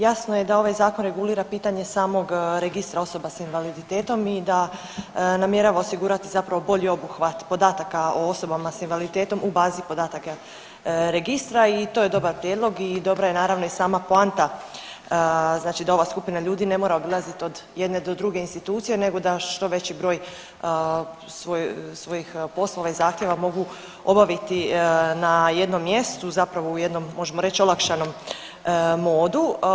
Jasno je da ovaj zakon regulira pitanje samog Registra osoba s invaliditetom i da namjerava osigurati bolji obuhvat podataka o osobama s invaliditetom u bazi podataka registra i to je dobar prijedlog i dobra je naravno i sama poanta znači da ova skupina ljudi ne mora odlaziti od jedne do druge institucije nego da što veći broj svojih, svojih poslova i zahtjeva mogu obaviti na jednom mjestu, zapravo u jednom možemo reći olakšanom modu.